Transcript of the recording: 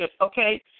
okay